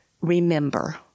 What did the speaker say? remember